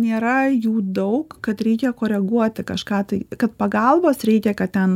nėra jų daug kad reikia koreguoti kažką tai kad pagalbos reikia kad ten